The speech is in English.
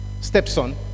stepson